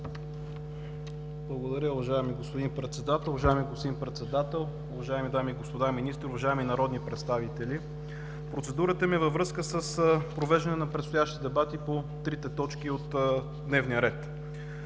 Благодаря, уважаеми господин Председател. Уважаеми господин Председател, уважаеми дами и господа министри, уважаеми народни представители! Процедурата ми е във връзка с провеждане на предстоящите дебати по трите точки от дневния ред.